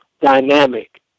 dynamic